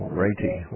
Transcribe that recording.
righty